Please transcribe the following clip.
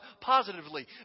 positively